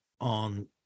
on